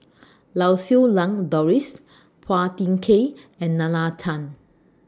Lau Siew Lang Doris Phua Thin Kiay and Nalla Tan